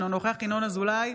אינו נוכח ינון אזולאי,